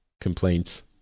complaints